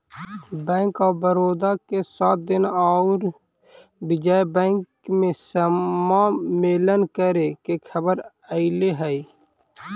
bank of Baroda के साथ देना औउर विजय बैंक के समामेलन करे के खबर अले हई